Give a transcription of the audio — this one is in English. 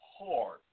hard